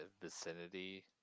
vicinity